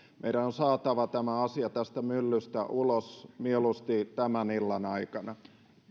meidän on saatava tämä asia tästä myllystä ulos mieluusti tämän illan aikana